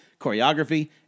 choreography